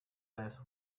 less